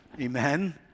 Amen